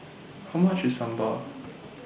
How much IS Sambal